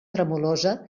tremolosa